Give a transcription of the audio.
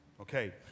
Okay